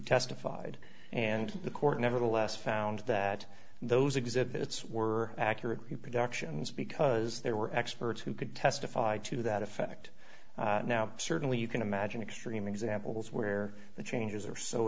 testify i'd and the court nevertheless found that those exhibits were accurate reproductions because there were experts who could testify to that effect now certainly you can imagine extreme examples where the changes are so